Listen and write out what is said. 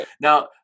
Now